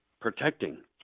protecting